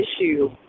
issue